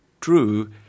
true